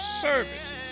services